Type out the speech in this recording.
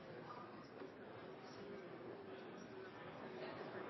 kan